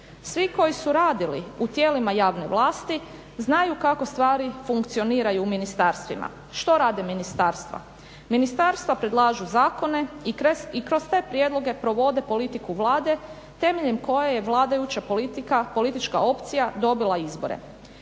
Svi koji su radili u tijelima javne vlasti znaju kako stvari funkcioniraju u ministarstvima. Što rade ministarstva? Ministarstva predlažu zakone i kroz te prijedloge provode politiku Vlade temeljem koje je vladajuća politika, politička opcija dobila izbore.